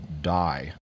die